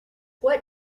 what